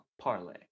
parlay